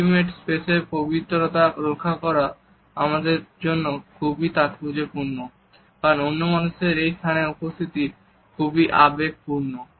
intimate স্পেসের পবিত্রতা রক্ষা করা আমাদের জন্য খুবই তাৎপর্যপূর্ণ কারণ অন্য মানুষের এই স্থানে উপস্থিতি খুবই আবেগপূর্ণ